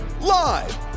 live